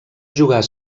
jugar